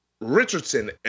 Richardson